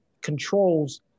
controls